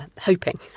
hoping